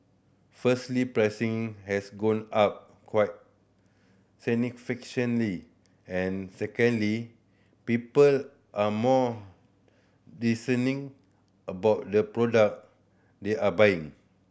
firstly pricing has gone up quite significantly and secondly people are more discerning about the product they are buying